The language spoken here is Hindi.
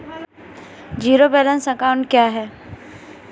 ज़ीरो बैलेंस अकाउंट क्या है?